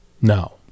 no